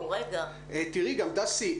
דסי,